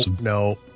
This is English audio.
no